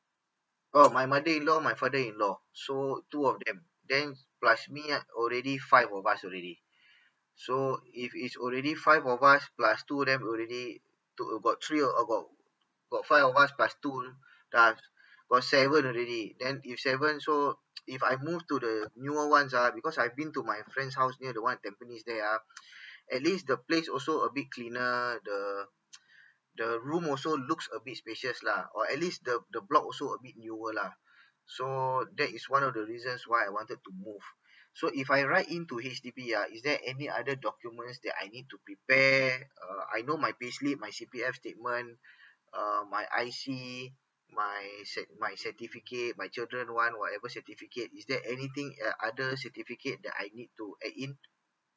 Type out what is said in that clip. oh my mother in law my father in law so two of them then plus me ah already five of us already so if it's already five of us plus two of them already to got three uh got got five of us plus two ah got seven already then if seven so if I move to the newer one's ah because I've been to my friend's house near the one at tampines there ah at least the place also a bit cleaner the the room also looks a bit spacious lah or at least the the block also a bit newer lah so that is one of the reasons why I wanted to move so if I write in to H_D_B ah is there any other documents that I need to prepare uh I know my pay slip my C_P_F statement uh my I_C my cert~ my certificate my children one whatever certificate is there anything el~ other certificate that I need to add in